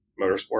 motorsport